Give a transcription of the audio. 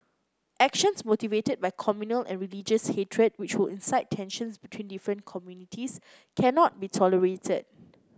actions motivated by communal and religious hatred which will incite tensions between different communities cannot be tolerated